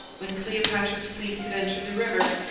when cleopatra's fleet had entered the river,